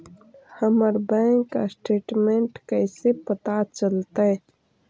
हमर bank statement कैसे पता चलतै?